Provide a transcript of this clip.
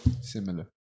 similar